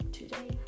today